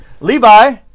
Levi